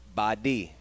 body